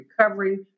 recovery